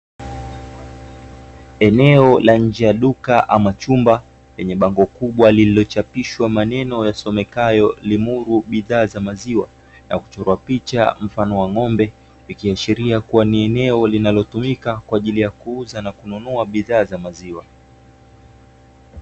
Eneo la nje la duka ama chumba, lenye bango kubwa lililochapishwa maneno yasomekayo "Limiru bidhaa za maziwa" na kuchorwa picha mfano wa ng'ombe, ikiashiria kuwa ni eneo linalotumika kwa ajili ya kuuza na kununua bidhaa za maziwa.